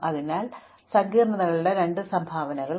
അതിനാൽ ഞങ്ങളുടെ സങ്കീർണ്ണതയ്ക്ക് ഇപ്പോൾ രണ്ട് സംഭാവനകളുണ്ട്